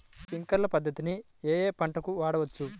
Sprinkler పద్ధతిని ఏ ఏ పంటలకు వాడవచ్చు?